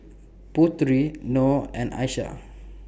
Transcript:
Putri Nor and Aishah